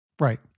Right